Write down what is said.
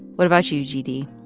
what about you, gd?